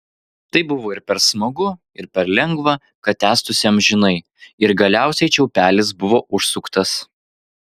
tai buvo ir per smagu ir per lengva kad tęstųsi amžinai ir galiausiai čiaupelis buvo užsuktas